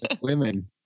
women